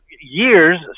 years